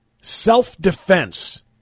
self-defense